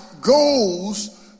goes